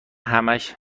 همهاش